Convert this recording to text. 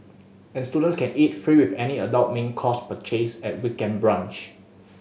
and students can eat free with any adult main course purchase at weekend brunch